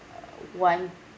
uh one